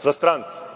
za strance,